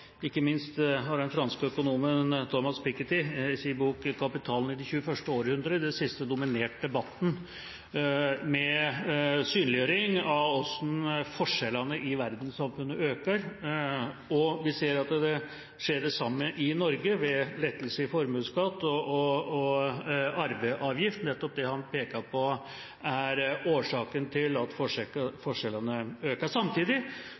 Ikke minst har den franske økonomen Thomas Piketty i sin bok «Kapitalen i det 21. århundret» i det siste dominert debatten med synliggjøring av hvordan forskjellene i verdenssamfunnet øker. Vi ser at det samme skjer i Norge ved lettelse i formuesskatt og arveavgift, nettopp det han peker på som årsaken til at forskjellene øker. Samtidig